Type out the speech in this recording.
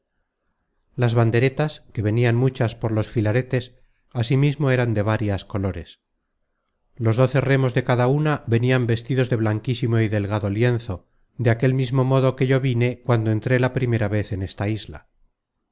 las banderetas que venian muchas por los filaretes asimismo eran de várias colores los doce remos de cada una venian vestidos de blanquísimo y delgado lienzo de aquel mismo modo que yo vine cuando entré la vez primera en esta isla